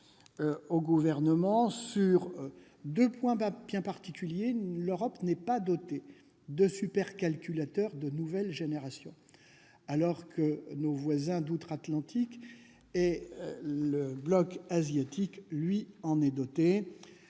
du Gouvernement sur deux points bien particuliers. D'une part, l'Europe n'est pas dotée de supercalculateurs de nouvelle génération alors que nos voisins d'outre-Atlantique et le bloc asiatique le sont.